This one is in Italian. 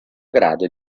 grado